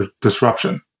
disruption